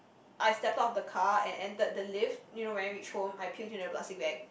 I stepped out of the car and entered the lift you know when I reached home I puke into a plastic bag